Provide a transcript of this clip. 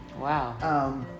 Wow